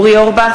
נגד אורי אורבך,